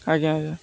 ଆଜ୍ଞା ଆଜ୍ଞା